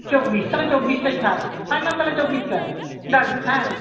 চব্বিশ তাহলে চব্বিশটাই থাক ফাইনাল তাহলে চব্বিশটা ডান হ্যাঁ